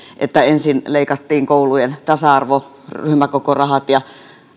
että ensin leikattiin koulujen tasa arvo ja ryhmäkokorahat ja